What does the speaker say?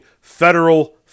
federal